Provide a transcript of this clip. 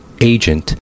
agent